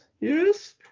Yes